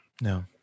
No